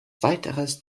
weiteres